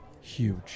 huge